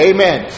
Amen